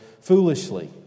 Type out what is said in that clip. foolishly